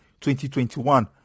2021